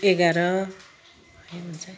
एघार